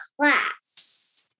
class